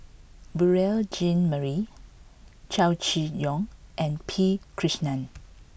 Beurel Jean Marie Chow Chee Yong and P Krishnan